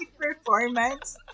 performance